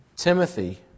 Timothy